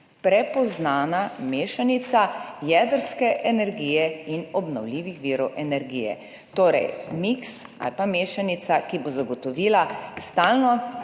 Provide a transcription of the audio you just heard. prepoznana mešanica jedrske energije in obnovljivih virov energije, torej miks ali pa mešanica, ki bo zagotovila stalno,